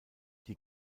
die